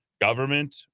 Government